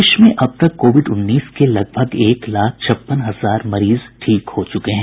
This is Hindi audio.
प्रदेश में अब तक कोविड उन्नीस के लगभग एक लाख छप्पन हजार मरीज ठीक हो चुके हैं